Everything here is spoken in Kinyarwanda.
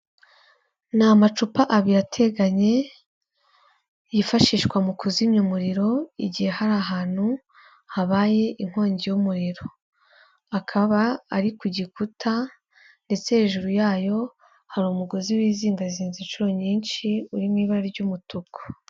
Ni amacupa abiri ateganye, yifashishwa mu kuzimya umuriro igihe hari ahantu habaye inkongi y'umuriro, akaba ari ku gikuta ndetse hejuru yayo hari umugozi wizingazinze inshuro nyinshi uri mu ibara ry'umutuku.